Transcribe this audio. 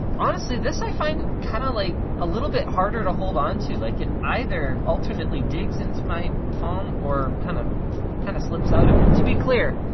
honestly, this, i find kind of like a little bit harder to hold onto, like it either alternately digs into my palm or kind of kind of slips out of it. to be clear,